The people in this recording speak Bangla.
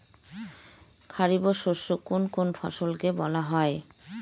খারিফ শস্য কোন কোন ফসলকে বলা হয়?